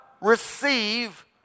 receive